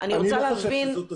אני לא חושב שזאת הסיבה.